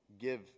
give